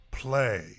play